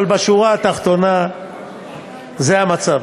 אבל בשורה התחתונה זה המצב.